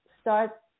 start